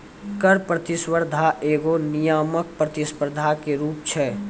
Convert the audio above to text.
कर प्रतिस्पर्धा एगो नियामक प्रतिस्पर्धा के रूप छै